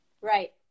Right